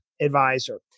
Advisor